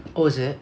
oh is it